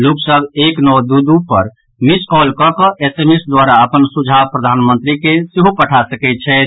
लोक सभ एक नओ दू दू पर मिस कॉल कऽ कऽ एसएमएसक द्वारा अपन सुझाव प्रधानमंत्री के सेहो पठा सकैत छथि